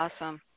Awesome